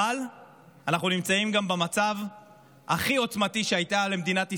אבל אנחנו נמצאים גם במצב הכי עוצמתי שהיה למדינת ישראל.